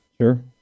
sure